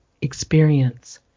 experience